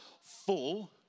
full